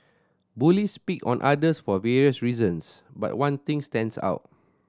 bullies pick on others for various reasons but one things stands out